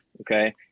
okay